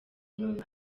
n’umwanzi